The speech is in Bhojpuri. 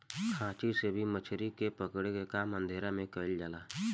खांची से भी मछली पकड़े के काम अंधेरा में कईल जाला